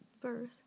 birth